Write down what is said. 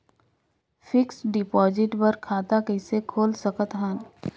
Fixed deposit बर खाता कइसे खोल सकत हन?